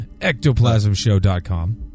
ectoplasmshow.com